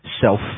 Self